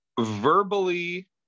verbally